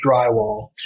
drywall